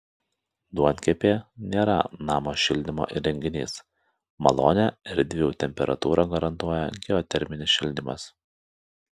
duonkepė nėra namo šildymo įrenginys malonią erdvių temperatūrą garantuoja geoterminis šildymas